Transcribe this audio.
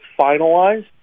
finalized